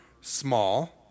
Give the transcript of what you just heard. small